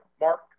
Mark